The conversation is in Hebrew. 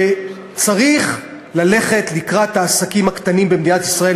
שצריך ללכת לקראת העסקים הקטנים במדינת ישראל,